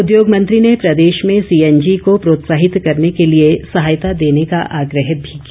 उद्योग मंत्री ने प्रदेश में सीएनजी को प्रोत्साहित करने के लिए सहायता देने का आग्रह भी किया